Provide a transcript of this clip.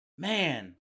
Man